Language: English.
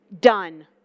done